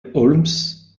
holmes